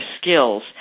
skills